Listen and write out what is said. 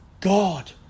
God